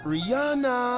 Rihanna